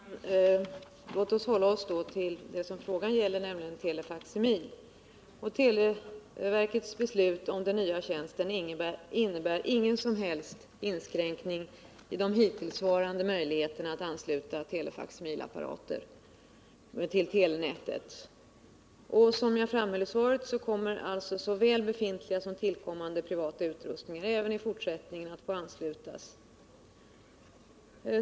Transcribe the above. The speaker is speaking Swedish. Herr talman! Låt oss hålla oss till det som frågan gäller, nämligen telefaksimil. Televerkets beslut om den nya tjänsten innebär ingen som helst inskränkning i de hittillsvarande möjligheterna att ansluta telefaksimilapparater till telenätet. Som jag framhöll i svaret kommer såväl befintliga som tillkommande privata utrustningar även i fortsättningen att få anslutas.